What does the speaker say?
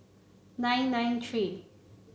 nine nine three